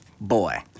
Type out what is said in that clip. boy